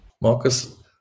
Marcus